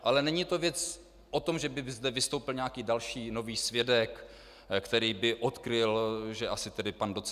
Ale není to věc o tom, že by zde vystoupil nějaký další nový svědek, který by odkryl, že asi pan doc.